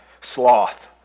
sloth